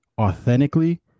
authentically